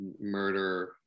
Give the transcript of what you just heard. murder